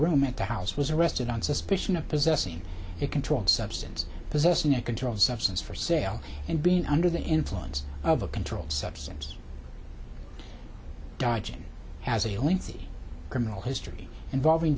room at the house was arrested on suspicion of possessing a controlled substance possessing a controlled substance for sale and being under the influence of a controlled substance digests has a only thirty criminal history involving